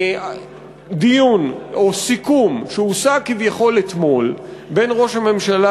לדיון או סיכום שהושג כביכול אתמול בין ראש הממשלה,